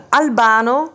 albano